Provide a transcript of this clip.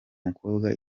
mukobwa